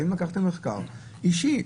האם עשיתם מחקר אישי?